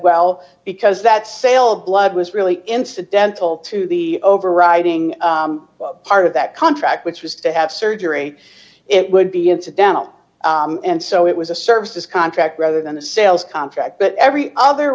well because that sale of blood was really incidental to the overriding part of that contract which was to have surgery it would be incidental and so it was a service contract rather than a sales contract but every other